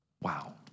Wow